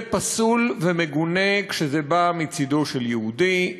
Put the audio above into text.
זה פסול ומגונה כשזה בא מצדו של יהודי;